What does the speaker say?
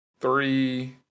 three